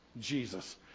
Jesus